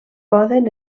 poden